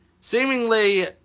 seemingly